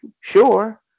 sure